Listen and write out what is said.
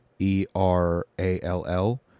E-R-A-L-L